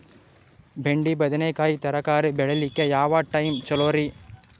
ಬೆಂಡಿ ಬದನೆಕಾಯಿ ತರಕಾರಿ ಬೇಳಿಲಿಕ್ಕೆ ಯಾವ ಟೈಮ್ ಚಲೋರಿ?